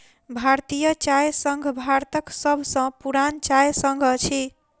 भारतीय चाय संघ भारतक सभ सॅ पुरान चाय संघ अछि